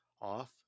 off